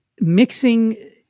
mixing